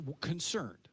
concerned